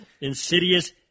insidious